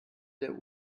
der